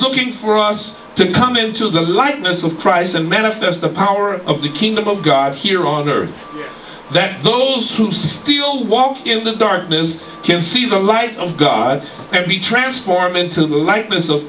looking for us to come into the likeness of christ and manifest the power of the kingdom of god here on earth that those who still walk in the darkness can see the light of god and be transformed into the lightness of